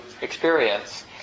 experience